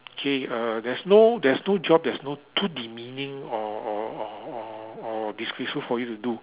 okay uh there's no there's no job there's no too demeaning or or or or or disgraceful for you to do